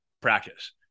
practice